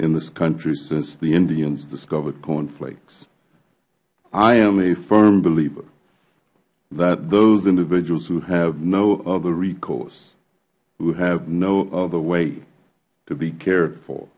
in this country since the indians discovered corn flakes i am a firm believer that those individuals who have no other resource who have no other way to be care